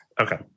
Okay